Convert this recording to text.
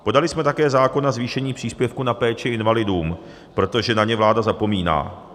Podali jsme také zákon na zvýšení příspěvku na péči invalidům, protože na ně vláda zapomíná.